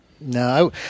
No